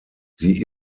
sie